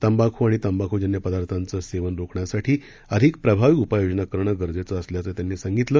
तंबाखू आणि तंबाखूजन्य पदार्थांचे सेवन रोखण्यासाठी अधिक प्रभावी उपाययोजना करणं गरजेचं असल्याचं त्यांनी सांगितलं